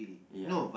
ya